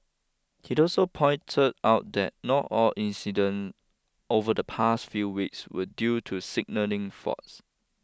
he also pointed out that not all incident over the past few weeks were due to signalling faults